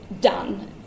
done